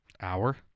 Hour